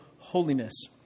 holiness